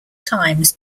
times